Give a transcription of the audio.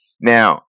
Now